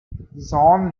john